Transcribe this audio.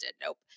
Nope